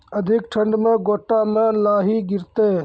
अधिक ठंड मे गोटा मे लाही गिरते?